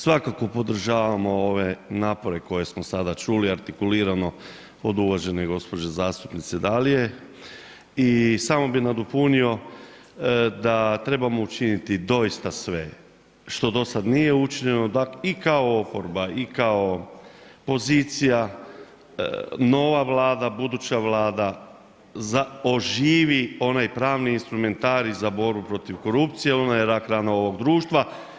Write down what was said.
Svakako podržavamo ove napore koje smo sada čuli artikulirano od uvažene gospođe zastupnice Dalije i samo bih nadopunio da trebamo učiniti doista sve što do sada nije učinjeno da i kao oporba i kao pozicija, nova Vlada, buduća Vlada oživi onaj pravni instrumentarij za borbu protiv korupcije jer ona je rak rana ovog društva.